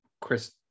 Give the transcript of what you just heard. Chris